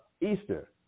Easter